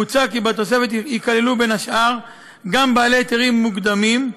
מוצע כי בתוספת ייכללו בין השאר גם בעלי היתרים מוקדמים,